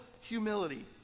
humility